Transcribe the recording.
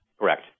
Correct